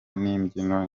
n’imbyino